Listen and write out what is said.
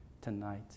tonight